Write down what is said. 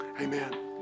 Amen